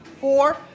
four